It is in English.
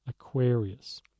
Aquarius